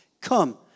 Come